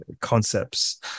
concepts